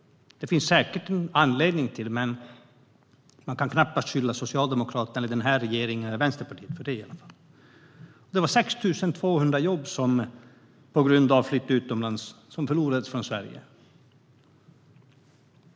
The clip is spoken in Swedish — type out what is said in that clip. Det fanns säkert en anledning till det, men man kan knappast skylla Socialdemokraterna, den här regeringen eller Vänsterpartiet för det. Det var 6 200 jobb som Sverige förlorade på grund av flytt utomlands.